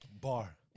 Bar